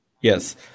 Yes